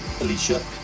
Alicia